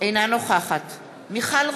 אינה נוכחת מיכל רוזין,